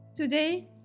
Today